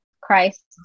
Christ